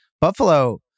Buffalo